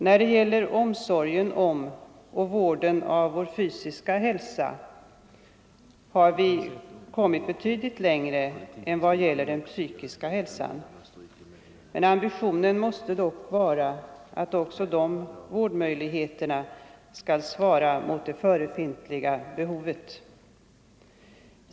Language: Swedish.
När det gäller omsorgen om och vården av vår fysiska hälsa har vi kommit betydligt längre än vad gäller den psykiska. Ambitionen måste dock vara att också möjligheterna att vårda vår psykiska hälsa skall svara mot det förefintliga behovet.